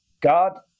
god